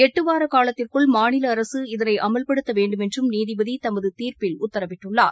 எட்டு வார காலத்திற்குள் மாநில அரசு இதனை அமல்படுத்த வேண்டுமென்றும் நீதிபதி தமது தீர்ப்பில் உத்தரவிட்டுள்ளார்